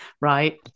right